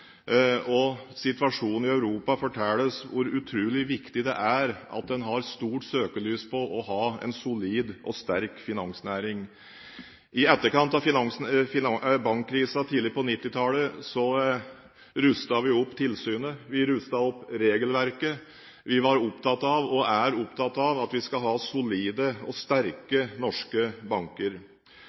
virkelighet. Situasjonen i Europa forteller oss hvor utrolig viktig det er at en har stort søkelys på å ha en solid og sterk finansnæring. I etterkant av bankkrisen tidlig på 1990-tallet, rustet vi opp tilsynet, vi rustet opp regelverket, vi var opptatt av – og er opptatt av – at vi skulle ha solide og sterke norske banker.